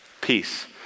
Peace